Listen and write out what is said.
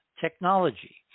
technology